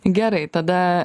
gerai tada